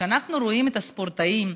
כשאנחנו רואים את הספורטאים,